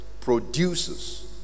produces